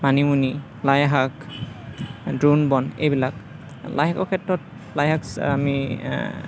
মানিমুনি লাইশাক দ্ৰোণ বন এইবিলাক লাইশাকৰ ক্ষেত্ৰত লাইশাক আমি